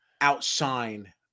outshine